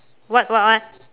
what what what